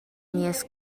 nies